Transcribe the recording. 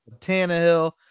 Tannehill